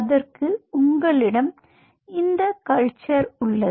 அதற்கு உங்களிடம் இந்த கல்ச்சர் உள்ளது